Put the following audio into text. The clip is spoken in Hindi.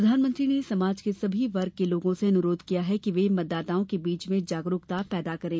प्रधानमंत्री ने समाज के सभी वर्ग के लोगो से अनुरोध किया है कि वे मतदाताओं के बीच में जागरूकता पैदा करें